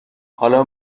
حالا